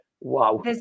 Wow